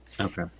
Okay